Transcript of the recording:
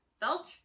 Belch